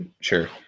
sure